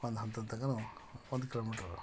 ಒಂದು ಹಂತದ ತನಕನು ಒಂದು ಕಿಲೋಮೀಟ್ರು